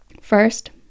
First